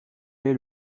est